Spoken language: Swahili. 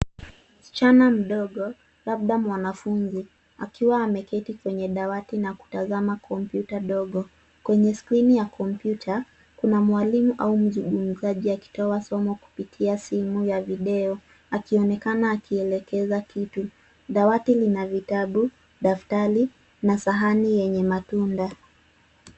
Msichana mdogo, labda mwanafunzi akiwa ameketi kwenye dawati na kutazama kompyuta ndogo. Kwenye skrini ya kompyuta, kuna mwalimu au mzungumzaji akitoa somo kupitia simu ya video akionekana akielekeza kitu. Dawati lina vitabu, daftari, na sahani yenye matunda.